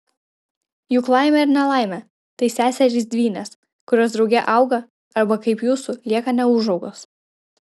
juk laimė ir nelaimė tai seserys dvynės kurios drauge auga arba kaip jūsų lieka neūžaugos